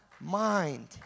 mind